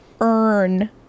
earn